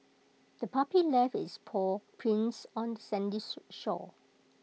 the puppy left its paw prints on the sandy shore